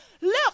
Look